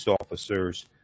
officers